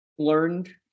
Learned